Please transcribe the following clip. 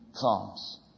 comes